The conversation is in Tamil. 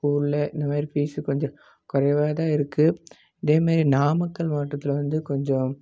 ஸ்கூல்லு இந்த மாரி ஃபீஸ்ஸு கொஞ்சம் குறைவாக தான் இருக்குது இதே மாரி நாமக்கல் மாவட்டத்தில் வந்து கொஞ்சம்